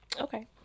okay